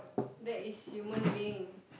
that is human being